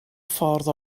ffordd